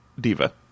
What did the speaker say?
diva